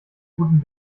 guten